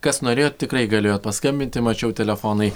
kas norėjot tikrai galėjot paskambinti mačiau telefonai